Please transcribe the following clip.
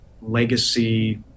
legacy